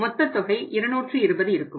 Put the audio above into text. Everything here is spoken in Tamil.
எனவே மொத்த தொகை 220 இருக்கும்